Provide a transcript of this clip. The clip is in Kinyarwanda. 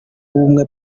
w’ubumwe